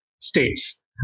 states